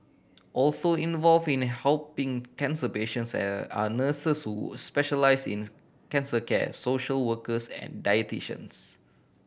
also involve in helping cancer patients are nurses who specialise in cancer care social workers and dietitians